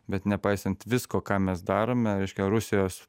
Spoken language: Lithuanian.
bet nepaisant visko ką mes darome reiškia rusijos